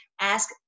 ask